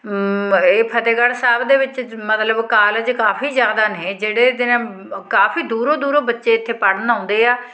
ਇਹ ਫਤਿਹਗੜ੍ਹ ਸਾਹਿਬ ਦੇ ਵਿੱਚ ਮਤਲਬ ਕਾਲਜ ਕਾਫੀ ਜ਼ਿਆਦਾ ਨੇ ਜਿਹੜੇ ਜਿਵੇਂ ਕਾਫੀ ਦੂਰੋਂ ਦੂਰੋਂ ਬੱਚੇ ਇੱਥੇ ਪੜ੍ਹਨ ਆਉਂਦੇ ਆ